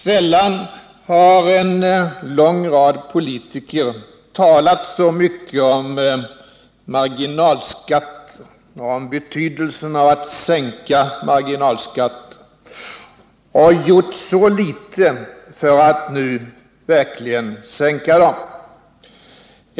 Sällan har en lång rad politiker talat så mycket om marginalskatter och om betydelsen av att sänka marginalskatterna men gjort så litet för att nu verkligen sänka dem.